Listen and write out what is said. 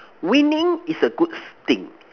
winning is a good thing